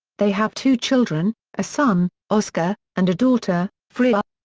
they have two children a son, oscar, and a daughter, freya.